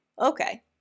Okay